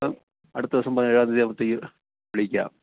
അപ്പം അടുത്ത ദിവസം പതിനേഴാം തീയതി ആകുമ്പോഴത്തേക്കും വിളിക്കാം